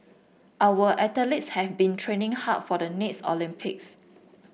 our athletes have been training hard for the next Olympics